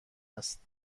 است